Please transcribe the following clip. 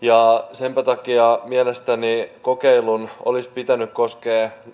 senpä takia mielestäni kokeilun olisi pitänyt koskea